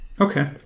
Okay